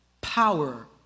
power